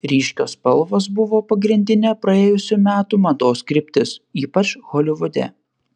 ryškios spalvos buvo pagrindinė praėjusių metų mados kryptis ypač holivude